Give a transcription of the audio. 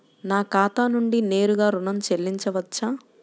నా ఖాతా నుండి నేరుగా ఋణం చెల్లించవచ్చా?